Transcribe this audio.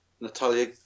Natalia